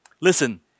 Listen